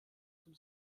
zum